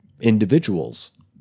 individuals